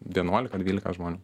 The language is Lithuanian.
vienuolika dvylika žmonių